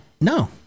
No